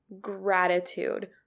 gratitude